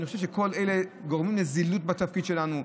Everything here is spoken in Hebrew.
אני חושב שכל אלה גורמים לזילות בתפקיד שלנו,